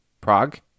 Prague